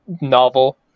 novel